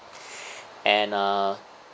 and uh